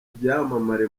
byamamare